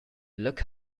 look